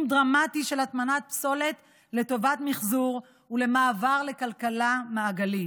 דרמטי של הטמנת פסולת לטובת מחזור ולמעבר לכלכלה מעגלית.